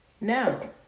Now